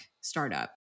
startup